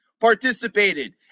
participated